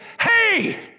Hey